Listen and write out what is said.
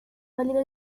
válido